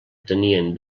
tenien